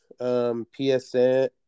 PSN